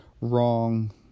wrong